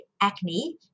acne